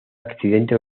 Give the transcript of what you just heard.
accidente